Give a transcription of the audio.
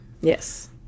Yes